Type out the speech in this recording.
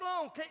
long